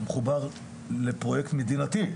מחובר לפרוייקט מדינתי.